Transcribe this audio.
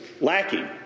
lacking